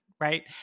right